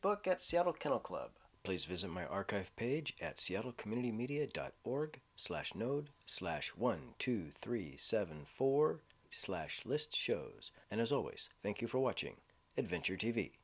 at seattle kennel club please visit my archive page at seattle community media dot org slash node slash one two three seven four slash list shows and as always thank you for watching adventure t